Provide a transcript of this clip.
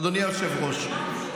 אדוני היושב-ראש.